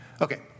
Okay